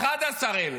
11,000,